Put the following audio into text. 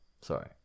Sorry